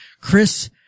Chris